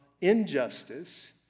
injustice